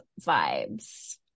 vibes